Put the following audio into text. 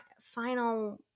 final